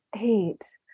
eight